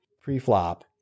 pre-flop